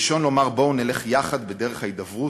ראשון לומר בואו נלך יחד בדרך ההידברות,